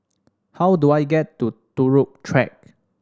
how do I get to Turut Track